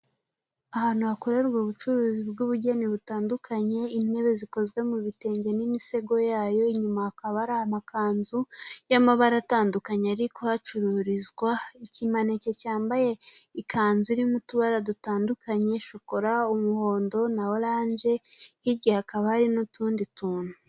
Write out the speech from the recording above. Ahantu hakorerwa ubucuruzi bw'ubugeni butandukanye, intebe zikozwe mu bitenge n'imisego yayo, inyuma hakaba hari amakanzu y'amabara atandukanye ari kuhacururizwa, ikimaneke cyambaye ikanzu irimo utubara dutandukanye, shokora, umuhondo na oranje, hirya hakaba hari n'utundi tuntu.